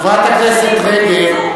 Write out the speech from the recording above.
חברת הכנסת רגב,